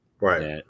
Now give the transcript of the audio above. Right